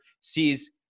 sees